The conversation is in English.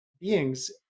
beings